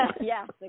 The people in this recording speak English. yes